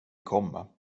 komma